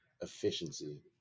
efficiency